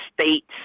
states